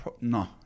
No